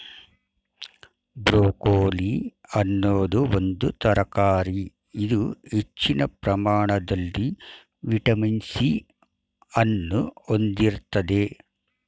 broccoli ಅನ್ನೋದು ಒಂದು ತರಕಾರಿ ಇದು ಹೆಚ್ಚಿನ ಪ್ರಮಾಣದಲ್ಲಿ ವಿಟಮಿನ್ ಸಿ ಅನ್ನು ಹೊಂದಿರ್ತದೆ